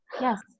Yes